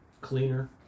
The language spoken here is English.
Cleaner